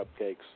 cupcakes